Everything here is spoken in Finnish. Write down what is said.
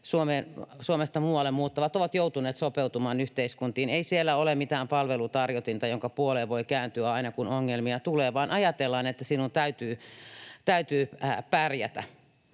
Suomesta muualle, ovat joutuneet sopeutumaan muihin yhteiskuntiin. Ei siellä ole mitään palvelutarjotinta, jonka puoleen voi kääntyä aina kun ongelmia tulee, vaan ajatellaan, että sinun täytyy pärjätä.